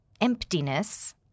emptiness